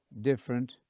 different